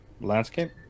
Landscape